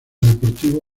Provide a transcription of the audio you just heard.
deportivo